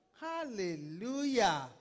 Hallelujah